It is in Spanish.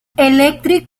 electric